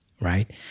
right